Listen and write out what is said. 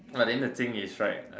but then the thing is right